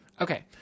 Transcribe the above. Okay